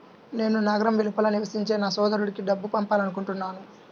నేను నగరం వెలుపల నివసించే నా సోదరుడికి డబ్బు పంపాలనుకుంటున్నాను